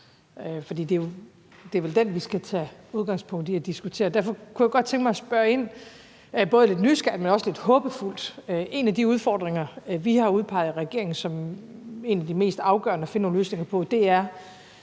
er vel den, vi skal tage udgangspunkt i og diskutere? Derfor kunne jeg godt tænke mig at spørge om noget, både lidt nysgerrigt, men også lidt håbefuldt: En af de udfordringer, vi har udpeget i regeringen som en af de mest afgørende at finde nogle løsninger på, er